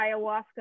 ayahuasca